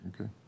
Okay